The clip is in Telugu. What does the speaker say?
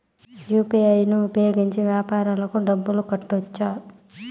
యు.పి.ఐ ను ఉపయోగించి వ్యాపారాలకు డబ్బులు కట్టొచ్చా?